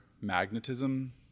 magnetism